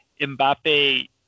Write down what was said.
Mbappe